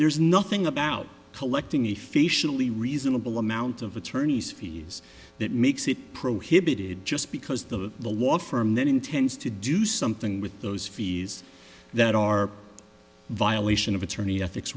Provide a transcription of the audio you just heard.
there's nothing about collecting a facially reasonable amount of attorney's fees that makes it prohibited just because the the law firm then intends to do something with those fees that are violation of attorney ethics